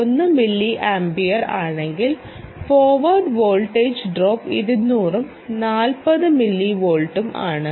1 milliampere ആണെങ്കിൽ forward voltage drop 200 ഉം 40 മില്ലിവോൾട്ടും ആണ്